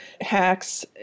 Hacks